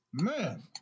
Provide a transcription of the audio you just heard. Man